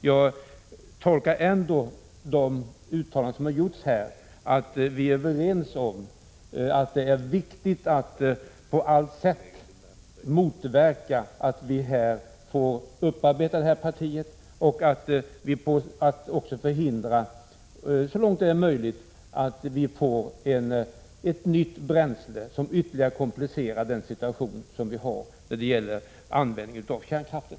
Jag tolkar ändå de uttalanden som gjorts här så att vi är överens om att det är viktigt att på allt sätt motverka att detta avfall upparbetas och att förhindra så långt det är möjligt att vi får ett nytt bränsle, som ytterligare komplicerar den situation vi har då det gäller kärnkraften.